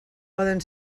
poden